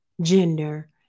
gender